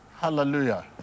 Hallelujah